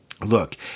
Look